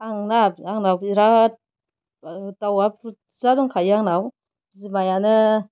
आंना आंनाव बिराद दाउआ बुरजा दंखायो आंनाव बिमायानो